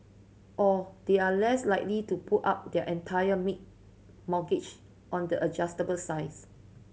or they are less likely to put up their entire big mortgage on the adjustable sides